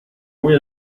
voi